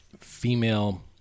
female